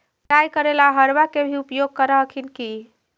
पटाय करे ला अहर्बा के भी उपयोग कर हखिन की?